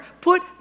Put